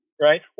Right